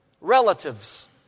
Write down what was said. relatives